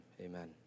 amen